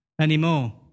anymore